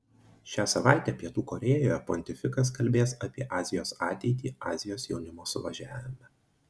šią savaitę pietų korėjoje pontifikas kalbės apie azijos ateitį azijos jaunimo suvažiavime